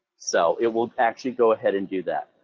so it will actually go ahead and do that.